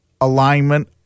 alignment